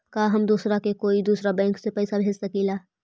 का हम दूसरा के कोई दुसरा बैंक से पैसा भेज सकिला?